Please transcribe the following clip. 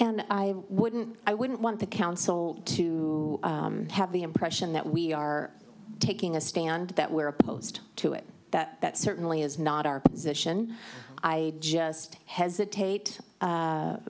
and i wouldn't i wouldn't want the council to have the impression that we are taking a stand that we're opposed to it that that certainly is not our position i just hesitate